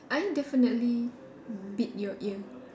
I definitely bit your ear